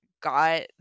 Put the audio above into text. got